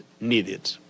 needed